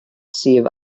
sydd